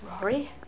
Rory